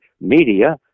media